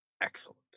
excellent